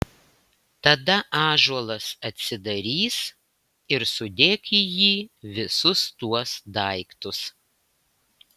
tada ąžuolas atsidarys ir sudėk į jį visus tuos daiktus